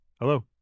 Hello